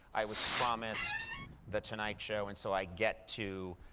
i was promised the tonight show, and so i get to,